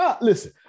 Listen